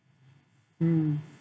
mm